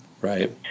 Right